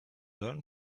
learn